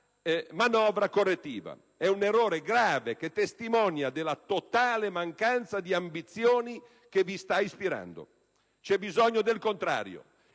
manovra correttiva: è un errore grave, che testimonia della totale mancanza di ambizioni che vi sta ispirando. C'è bisogno del contrario: